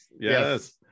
yes